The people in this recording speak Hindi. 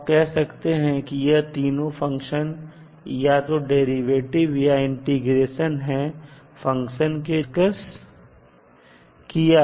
तो आप कह सकते हैं कि यह तीनों फंक्शन या तो डेरिवेटिव या इंटीग्रेशन हैं फंक्शन के जिसे हमने अभी डिस्कस किया